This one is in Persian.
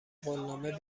قولنامه